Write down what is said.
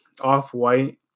off-white